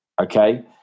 Okay